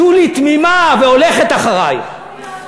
שולי תמימה והולכת אחרייך.